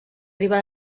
riba